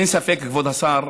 אין ספק, כבוד השר,